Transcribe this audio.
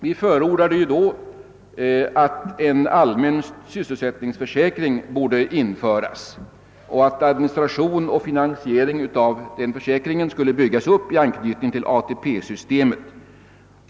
Vi har också förordat att en allmän sysselsättningsförsäkring borde införas och att administration och finansiering av denna skulle byggas upp i anknytning till ATP-systemet.